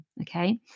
okay